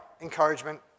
encouragement